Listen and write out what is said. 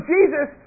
Jesus